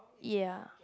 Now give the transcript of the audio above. ya